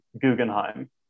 Guggenheim